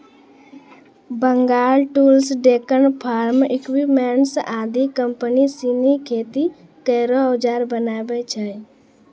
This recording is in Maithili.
Bengal tools, Deccan farm equipments आदि कम्पनी सिनी खेती केरो औजार बनावै छै